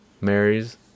marries